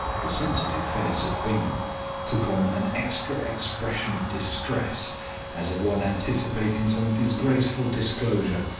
the sensitive face of bingham took on an extra expression of distress as of one anticipating some disgraceful disclosure.